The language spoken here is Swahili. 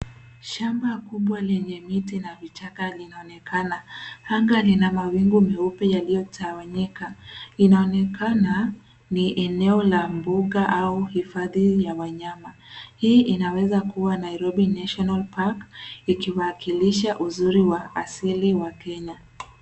Shamba kubwa lenye miti na vichaka linaonekana, anga lina mawingu meupe yaliyo tawanyika inaonekana, ni eneo la mbuga au hifadi ya wanyama, hii inaweza kuwa Nairobi [National Park] ikiwakilisha uzuri wa asili wa Kenya.